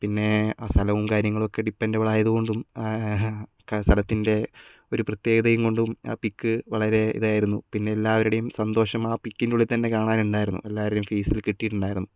പിന്നെ ആ സ്ഥലവും കാര്യങ്ങളൊക്കെ ഡിപെൻഡബിൾ ആയതുകൊണ്ടും ആ സ്ഥലത്തിൻ്റെ ഒരു പ്രത്യേകത കൊണ്ടും ആ പിക്ക് വളരെ ഇതായിരുന്നു പിന്നെ എല്ലാവരുടെയും സന്തോഷം ആ പിക്കിൻ്റെ ഉള്ളിൽ തന്നെ കാണാനുണ്ടായിരുന്നു എല്ലാരുടെയും ഫേസിൽ കിട്ടിയിട്ടുണ്ടായിരുന്നു